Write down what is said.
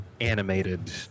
animated